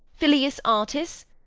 filius artis?